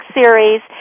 series